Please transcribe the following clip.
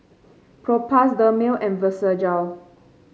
Propass Dermale and Vagisil